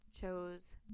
chose